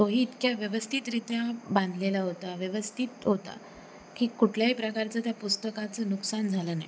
तोही इतक्या व्यवस्थितरीत्या बांधलेला होता व्यवस्थित होता की कुटल्याही प्रकारचं त्या पुस्तकाचं नुकसान झालं नाही